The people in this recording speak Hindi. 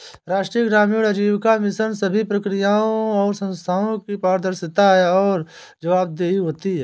राष्ट्रीय ग्रामीण आजीविका मिशन सभी प्रक्रियाओं और संस्थानों की पारदर्शिता और जवाबदेही होती है